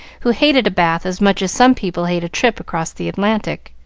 who hated a bath as much as some people hate a trip across the atlantic.